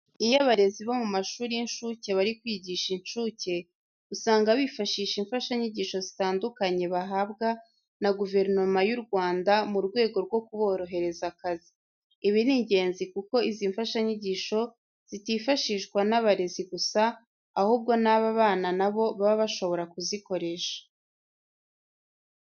Iyo abarezi bo mu mashuri y'incuke bari kwigisha incuke, usanga bifashisha imfashanyigisho zitandukanye bahabwa na guverinoma y'u Rwanda mu rwego rwo kuborohereza akazi. Ibi ni ingenzi kuko izi mfashanyigisho zitifashishwa n'abarezi gusa ahubwo n'aba bana na bo baba bashobora kuzikoresha.